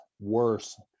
worse